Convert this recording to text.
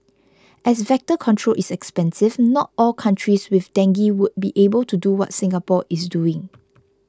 as vector control is expensive not all countries with dengue would be able to do what Singapore is doing